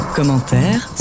Commentaires